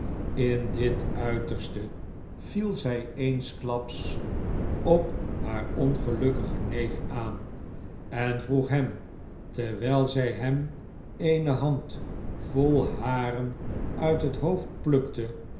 in dit uiterste viel zij eensklaps op haar ongelukkigen neef aan en vroeg hem terwijl zij hem eene hand vol haren uit het hoofd plukte